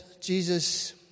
Jesus